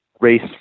race